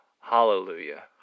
Hallelujah